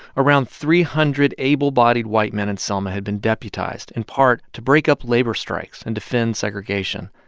around three hundred able-bodied white men in selma had been deputized in part to break up labor strikes and defend segregation.